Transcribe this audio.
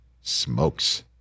smokes